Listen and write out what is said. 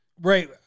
right